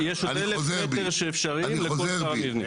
יש עוד אלף מטרים אפשריים לכל שאר המבנה.